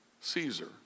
Caesar